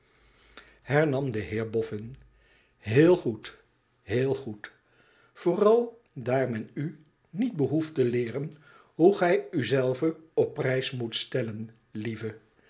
de heer boffio heel goed heel goed vooral daar men u niet behoeft te leeren hoe gij u zelve op prijs moet stellen lieve